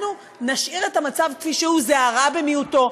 אנחנו נשאיר את המצב כפי שהוא, זה הרע במיעוטו.